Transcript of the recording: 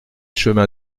chemin